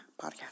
podcast